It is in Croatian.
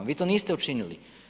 Vi to niste učinili.